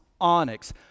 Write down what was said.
onyx